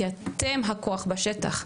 כי אתם הכוח בשטח,